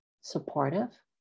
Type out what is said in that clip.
supportive